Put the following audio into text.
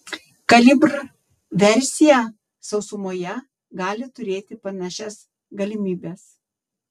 kalibr versija sausumoje gali turėti panašias galimybes